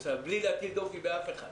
בלי להטיל דופי באף אחד,